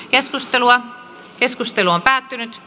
keskustelua ei syntynyt